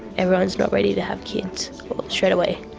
everyone is not ready to have kids straight away.